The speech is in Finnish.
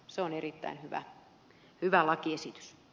se on erittäin hyvä lakiesitys